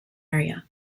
area